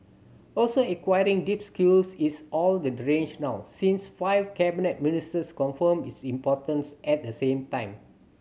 also acquiring deep skills is all the rage now since five cabinet ministers confirmed its importance at the same time